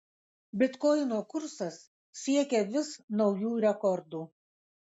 bitkoino kursas siekia vis naujų rekordų